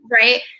right